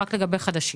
רק לגבי חדשים.